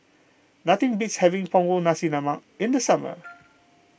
nothing beats having Punggol Nasi Lemak in the summer